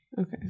Okay